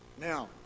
Now